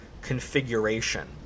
configuration